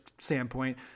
standpoint